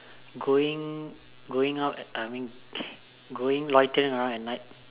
going going out I mean going loitering around at night